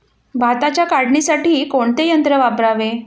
भाताच्या काढणीसाठी कोणते यंत्र वापरावे?